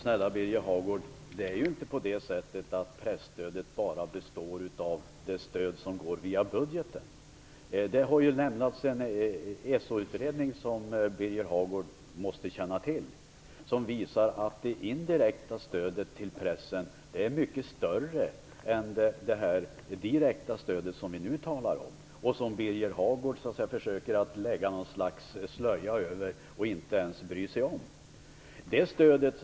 Fru talman! Men snälla Birger Hagård: Presstödet består inte bara av det stöd som går via budgeten. Det har lämnats en SOU som Birger Hagård måste känna till som visar att det indirekta stödet till pressen är mycket större än det direkta stöd vi nu talar om. Birger Hagård försöker lägga något slags slöja över det och bryr sig inte ens om det.